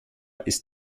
ist